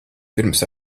pirms